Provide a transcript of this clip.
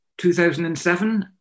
2007